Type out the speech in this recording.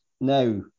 Now